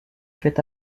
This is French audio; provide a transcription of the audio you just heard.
fait